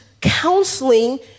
counseling